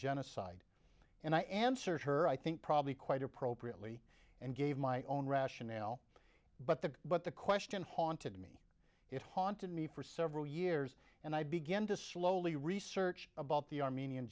genocide and i answered her i think probably quite appropriately and gave my own rationale but the but the question haunted me it haunted me for several years and i began to slowly research about the armenian